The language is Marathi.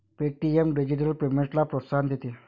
पे.टी.एम डिजिटल पेमेंट्सला प्रोत्साहन देते